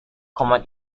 common